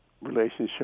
relationship